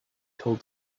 told